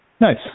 Nice